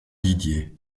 didier